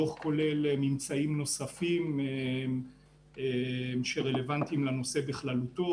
הדוח כולל ממצאים נוספים שרלוונטיים לנושא בכללותו,